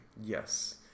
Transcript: Yes